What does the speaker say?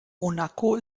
monaco